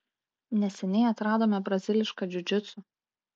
neseniai atradome brazilišką džiudžitsu